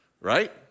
right